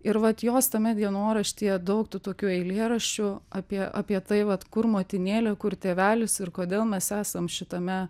ir vat jos tame dienoraštyje daug tų tokių eilėraščių apie apie tai vat kur motinėlė kur tėvelis ir kodėl mes esam šitame